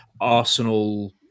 Arsenal